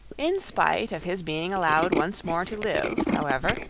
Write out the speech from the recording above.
in spite of his being allowed once more to live, however,